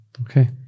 Okay